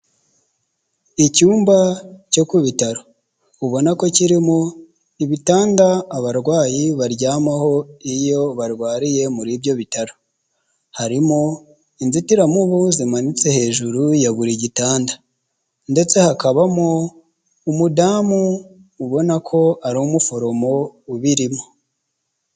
Icyumba cyo ku bitaro ubona ko kirimo ibitanda abarwayi baryamaho iyo barwariye muri ibyo bitaro, harimo inzitiramubu zimanitse hejuru ya buri gitanda ndetse hakabamo umudamu ubona ko ari umuforomo ubirimo.